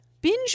Binge